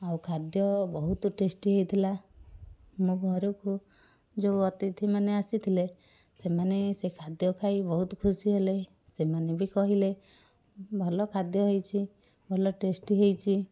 ଆଉ ଖାଦ୍ୟ ବହୁତ ଟେଷ୍ଟି ହୋଇଥିଲା ମୋ ଘରକୁ ଯେଉଁ ଅତିଥିମାନେ ଆସିଥିଲେ ସେମାନେ ସେ ଖାଦ୍ୟ ଖାଇ ବହୁତ ଖୁସି ହେଲେ ସେମାନେ ବି କହିଲେ ଭଲ ଖାଦ୍ୟ ହେଇଛି ଭଲ ଟେଷ୍ଟି ବି ହେଇଛି